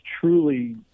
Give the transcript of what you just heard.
truly